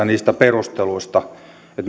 niistä perusteluista